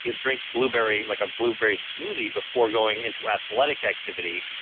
ah drink blueberry like a blueberry smoothie before going into athletic activity,